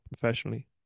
professionally